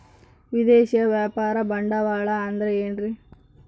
ವಿದೇಶಿಯ ವ್ಯಾಪಾರ ಬಂಡವಾಳ ಅಂದರೆ ಏನ್ರಿ?